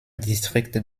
district